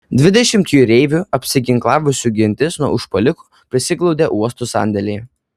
dvidešimt jūreivių apsiginklavusių gintis nuo užpuolikų prisiglaudė uosto sandėlyje